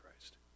Christ